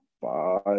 five